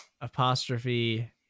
apostrophe